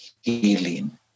healing